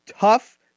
tough